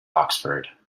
oxford